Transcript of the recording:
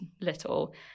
little